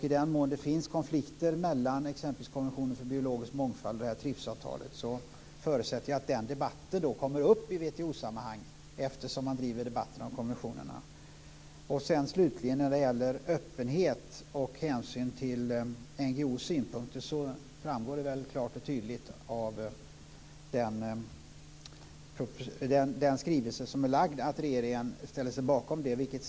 I den mån det finns konflikter mellan exempelvis konventionen om biologisk mångfald och det här TRIPS-avtalet så förutsätter jag att den debatten kommer upp i WTO-sammanhang eftersom man driver debatten om konventionerna. Slutligen gäller det öppenhet och hänsyn till NGO:s synpunkter. Det framgår väl klart och tydligt av den skrivelse som har lagts fram att regeringen ställer sig bakom detta.